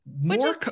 More